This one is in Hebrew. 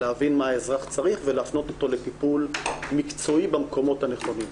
להבין מה האזרח צריך ולהפנות אותו לטיפול מקצועי במקומות הנכונים.